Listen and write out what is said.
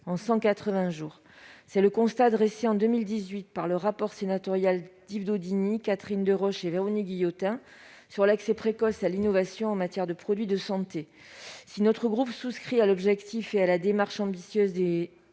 en 180 jours. Tel est le constat effectué en 2018 dans le rapport sénatorial d'information d'Yves Daudigny, Catherine Deroche et Véronique Guillotin, sur l'accès précoce à l'innovation en matière de produits de santé. Si notre groupe partage l'objectif et la démarche ambitieux des